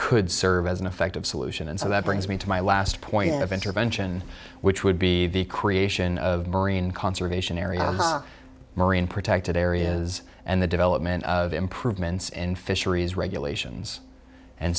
could serve as an effective solution and so that brings me to my last point of intervention which would be the creation of marine conservation area marine protected areas and the development of improvements in fisheries regulations and